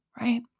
right